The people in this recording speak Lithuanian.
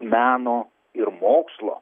meno ir mokslo